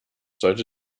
sollte